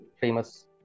famous